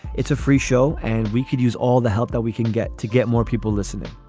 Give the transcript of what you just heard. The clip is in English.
it's a free show and we could use all the help that we can get to get more people listening.